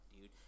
dude